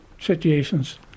Situations